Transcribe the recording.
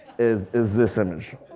is is this image.